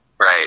Right